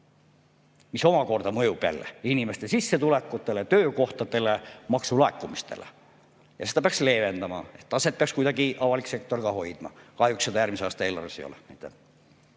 See omakorda mõjub jälle inimeste sissetulekutele, töökohtadele ja maksulaekumistele. Seda peaks leevendama ja taset peaks kuidagi avalik sektor ka hoidma. Kahjuks seda järgmise aasta eelarves ei ole.